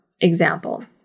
example